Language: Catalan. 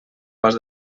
pas